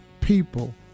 people